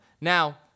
Now